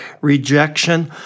rejection